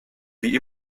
wie